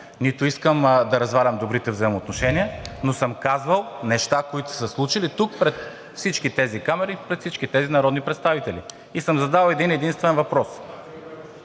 нито искам да развалям добрите взаимоотношения, но съм казвал неща, които са се случили тук пред всички тези камери и пред всички тези народни представители. И съм задал един- единствен въпрос: